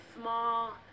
small